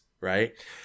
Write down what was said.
right